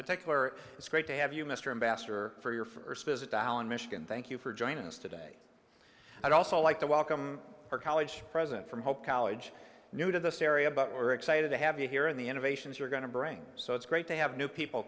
particular it's great to have you mr ambassador for your first visit to holland michigan thank you for joining us today i'd also like to welcome our college president from hope college new to this area but we're excited to have you here in the innovations you're going to bring so it's great to have new people